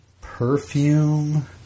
Perfume